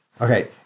okay